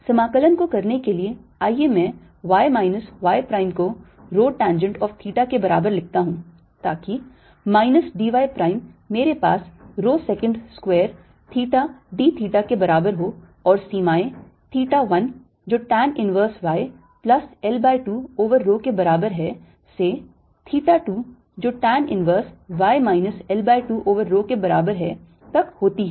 समाकलन को करने के लिए आइए मैं y minus y prime को rho tangent of theta के बराबर लिखता हूं ताकि minus d y prime मेरे पास rho secant square theta d theta के बराबर हो और सीमाएँ theta 1 जो tan inverse y plus L by 2 over rho के बराबर है से theta 2 जो tan inverse y minus L by 2 over rho के बराबर है तक होती है